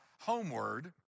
homeward